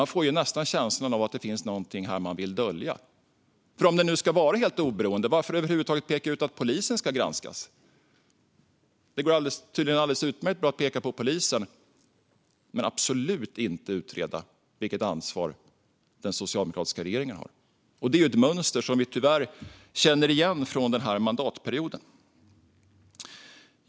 Man får nästan känslan att det finns något här som de vill dölja. Om det nu ska vara helt oberoende, varför över huvud taget peka ut att polisen ska granskas? Det går tydligen alldeles utmärkt att peka på polisen, men man får absolut inte utreda vilket ansvar den socialdemokratiska regeringen har. Det är ett mönster som vi tyvärr känner igen från den här mandatperioden.